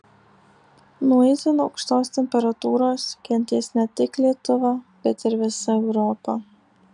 nuo itin aukštos temperatūros kentės ne tik lietuva bet ir visa europa